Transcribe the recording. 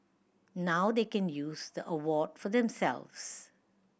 now they can use the award for themselves